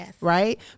right